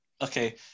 Okay